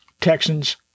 Texans